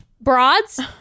Broads